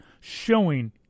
showing